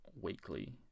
weekly